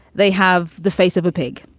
they have the face of a pig